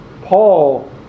Paul